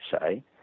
say